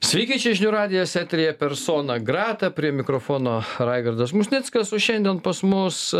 sveiki čia žinių radijas eteryje persona grata prie mikrofono raigardas musnickas o šiandien pas mus